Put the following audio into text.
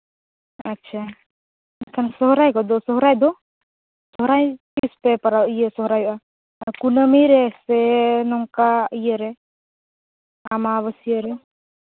ᱟᱪᱪᱷᱟ ᱥᱚᱨᱦᱟᱭ ᱠᱚᱫᱚ ᱥᱚᱨᱦᱟᱭ ᱫᱚ ᱥᱚᱨᱦᱟᱭ ᱛᱤᱥ ᱯᱮ ᱥᱚᱨᱦᱟᱭᱚᱜᱼᱟ ᱠᱩᱱᱟᱹᱢᱤ ᱨᱮ ᱥᱮ ᱱᱚᱝᱠᱟ ᱤᱭᱟᱹ ᱨᱮ ᱟᱢᱟᱵᱟᱹᱥᱭᱟᱹ ᱨᱮ